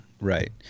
Right